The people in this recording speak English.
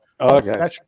Okay